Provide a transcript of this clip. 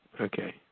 Okay